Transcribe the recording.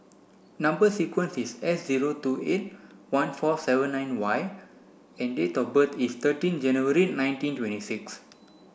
number sequence is S zero two eight one four seven nine Y and date of birth is thirteen January nineteen twenty six